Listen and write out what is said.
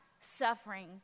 suffering